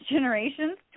Generations